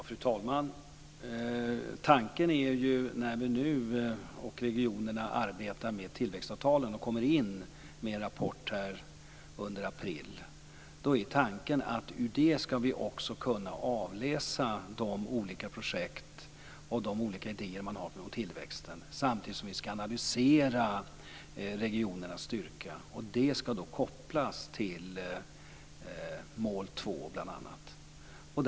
Fru talman! Tanken är att vi, när vi och regionerna nu arbetar med tillväxtavtalen och kommer in med en rapport under april, ur detta också skall kunna avläsa de olika projekten och de olika idéer som finns om tillväxten; detta samtidigt som vi skall analysera regionernas styrka. Det skall kopplas till bl.a. mål 2.